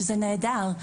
שזה נהדר.